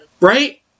right